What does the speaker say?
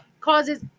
causes